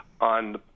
on